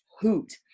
hoot